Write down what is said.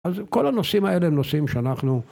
‫אז כל הנושאים האלה ‫הם נושאים שאנחנו...